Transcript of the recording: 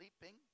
sleeping